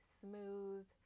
smooth